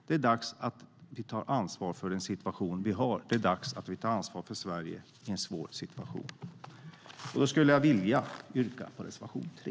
Det är dags att ta ansvar för den situation som finns. Det är dags att ta ansvar för Sverige i en svår situation. Jag skulle vilja yrka bifall till reservation 3.